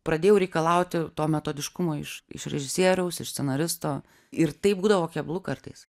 pradėjau reikalauti to metodiškumo iš iš režisieriaus ir scenaristo ir tai būdavo keblu kartais